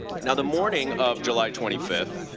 and the morning of july twenty five